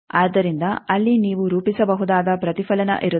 ಆದ್ದರಿಂದ ಅಲ್ಲಿ ನೀವು ರೂಪಿಸಬಹುದಾದ ಪ್ರತಿಫಲನ ಇರುತ್ತದೆ